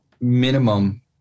minimum